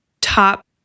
top